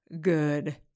good